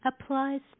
applies